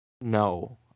No